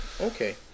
Okay